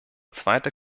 zweiter